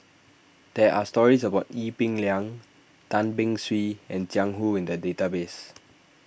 there are stories about Ee Peng Liang Tan Beng Swee and Jiang Hu in the database